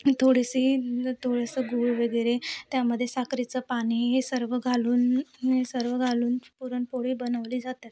थोडीशी थोडंसं गुळ वगैरे त्यामध्ये साखरेचं पाणी हे सर्व घालून हे सर्व घालून पुरणपोळी बनवली जातात